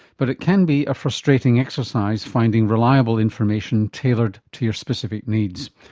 but it can be a frustrating exercise finding reliable information tailored to your specific needs.